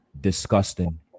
Disgusting